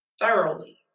thoroughly